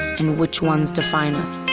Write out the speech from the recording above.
and which ones define us.